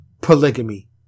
polygamy